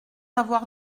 avoir